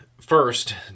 first